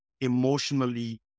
emotionally